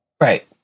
Right